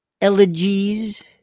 elegies